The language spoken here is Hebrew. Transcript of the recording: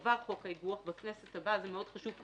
יועבר חוק האיגו"ח בכנסת הבאה זה מאוד חשוב.